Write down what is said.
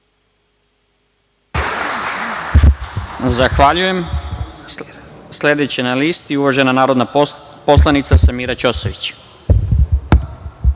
Zahvaljujem. Sledeća na listi, uvažena narodna poslanica, Samira Ćosović.